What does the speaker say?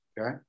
Okay